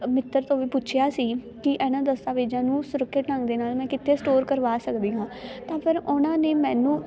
ਮਿੱਤਰ ਤੋਂ ਵੀ ਪੁੱਛਿਆ ਸੀ ਕਿ ਇਹਨਾਂ ਦਸਤਾਵੇਜ਼ਾਂ ਨੂੰ ਸੁਰੱਖਿਅਤ ਢੰਗ ਦੇ ਨਾਲ ਮੈਂ ਕਿੱਥੇ ਸਟੋਰ ਕਰਵਾ ਸਕਦੀ ਹਾਂ ਤਾਂ ਫਿਰ ਉਹਨਾਂ ਨੇ ਮੈਨੂੰ